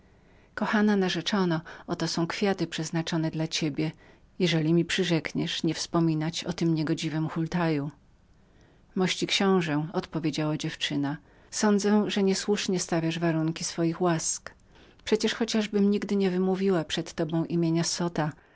kochana narzeczono oto są kwiaty przeznaczone dla ciebie jeżeli mi przyrzekniesz niewspominać o tym niegodziwym hultaju mości książe odpowiedziała moja sąsiadka sądzę że niesłusznie kładziesz warunki twoim łaskom wreszcie chociażbym ja nigdy nie wymówiła przed tobą nazwiska zota